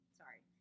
sorry